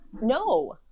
no